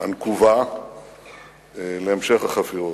הנקובה להמשך החפירות.